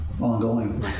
ongoing